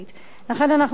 לכן אנחנו מבקשים,